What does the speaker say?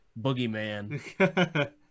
boogeyman